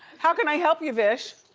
how can i help you, vish?